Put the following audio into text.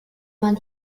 man